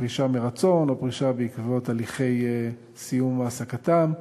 פרישה מרצון או פרישה בעקבות הליכי סיום העסקתם,